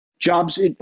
jobs